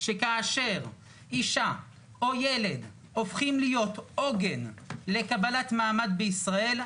שכאשר אישה או ילד הופכים להיות עוגן לקבלת מעמד בישראל,